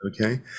okay